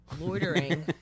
Loitering